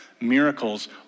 miracles